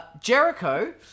Jericho